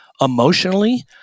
emotionally